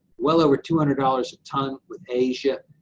well over two hundred dollars a ton with asia,